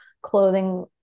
clothing